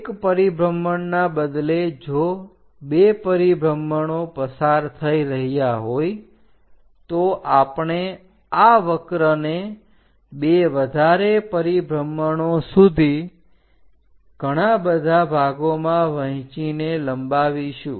એક પરિભ્રમણના બદલે જો બે પરિભ્રમણો પસાર થઈ રહ્યા હોય તો આપણે આ વક્રને બે વધારે પરિભ્રમણો સુધી ઘણા બધા ભાગોમાં વહેંચીને લંબાવીશું